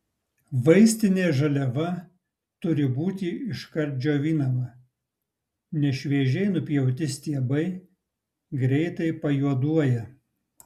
vaistinė žaliava turi būti iškart džiovinama nes šviežiai nupjauti stiebai greitai pajuoduoja